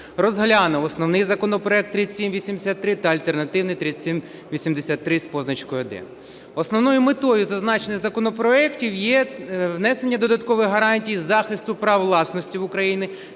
розглянув основний законопроект 3783 та альтернативний 2783 з позначкою 1. Основною метою зазначених законопроектів є внесення додаткових гарантій захисту прав власності України